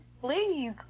Please